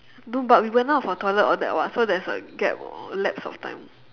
no but we went out of our toilet all that [what] so there's a gap lapse of time